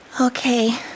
Okay